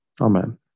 Amen